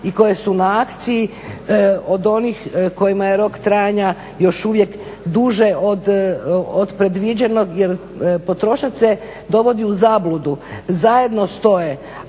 i koje su na akciji od onih kojima je rok trajanja još uvijek duže od predviđenog jer potrošač se dovodi u zabludu. Zajedno stoje